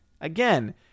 Again